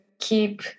keep